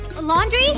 Laundry